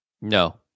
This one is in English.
No